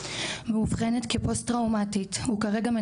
מאובחנת כפוסט-טראומטית וכרגע,